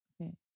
Okay